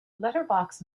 letterbox